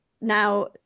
now